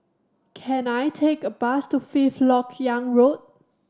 can I take a bus to Fifth Lok Yang Road